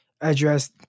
address